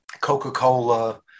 Coca-Cola